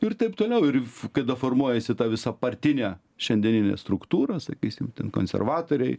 ir taip toliau ir kada formuojasi ta visa partinė šiandieninė struktūra sakysim konservatoriai